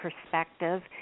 perspective